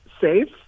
safe